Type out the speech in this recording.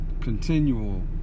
continual